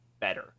better